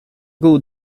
god